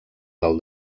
del